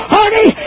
Honey